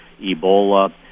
Ebola